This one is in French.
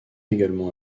également